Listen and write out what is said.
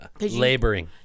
Laboring